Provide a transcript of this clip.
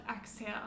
exhale